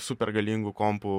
supergalingų kompų